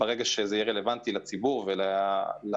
ברגע שזה יהיה רלוונטי לציבור או לוועדה.